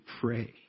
pray